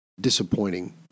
disappointing